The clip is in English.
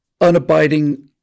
unabiding